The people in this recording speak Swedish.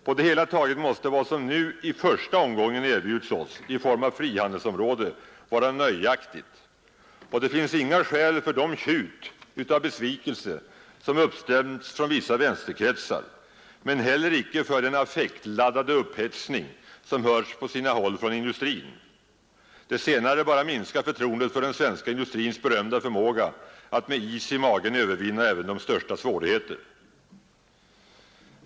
På det hela taget måste vad som nu i första omgången erbjuds oss i form av frihandelsområde vara nöjaktigt, och det finns inga skäl för de tjut av besvikelse som uppstämts från vissa vänsterkretsar, men heller icke för den affektladdade upphetsning som hörts på sina håll från industrin. Det senare bara minskar förtroendet för den svenska industrins berömda förmåga att med is i magen övervinna även de största svårigheter.